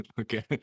Okay